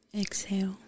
Exhale